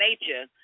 nature